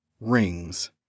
rings